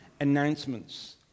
announcements